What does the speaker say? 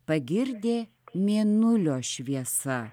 pagirdė mėnulio šviesa